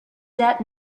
dead